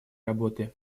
работы